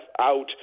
out